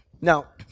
Now